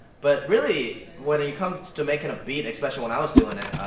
but really when it comes to making a beat, especially when i was doing it,